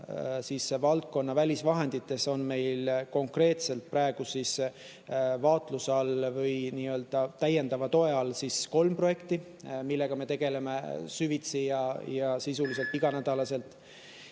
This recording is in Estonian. [kasutamisel] on meil konkreetselt praegu vaatluse all või täiendava toe all kolm projekti, millega me tegeleme süvitsi ja sisuliselt iganädalaselt.